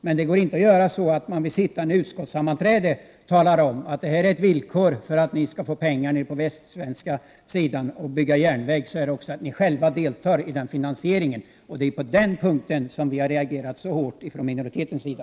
Men det går inte att göra så att man vid utskottssammanträde talar om att villkoret för att ni på västsvenska sidan skall få pengar för att bygga järnväg är att ni själva deltar i finansieringen. Det är på denna punkt som vi har reagerat så hårt från minoritetens sida.